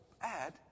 add